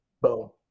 boom